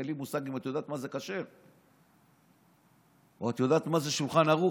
אין לי מושג אם את יודעת מה זה כשר או את יודעת מה זה שולחן ערוך,